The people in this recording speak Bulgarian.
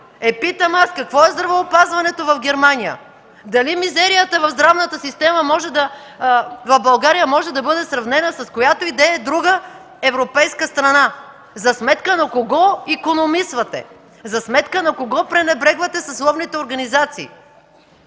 питам аз: какво е здравеопазването в Германия? Дали мизерията в здравната система в България може да бъде сравнена с която да е друга европейска страна? За сметка на кого икономисвате? За сметка на кого пренебрегвате съсловните организации?